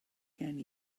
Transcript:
gen